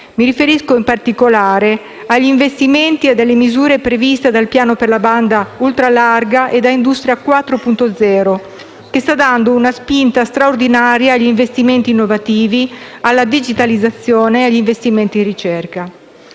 Mi riferisco, in particolare, agli investimenti ed alle misure previste dal piano per la banda ultralarga e dal piano Industria 4.0, che stanno dando una spinta straordinaria agli investimenti innovativi, alla digitalizzazione, agli investimenti in ricerca.